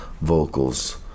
vocals